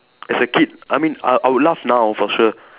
as a kid I mean I I would laugh now for sure